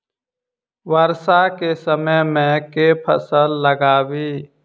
वर्षा केँ समय मे केँ फसल लगाबी?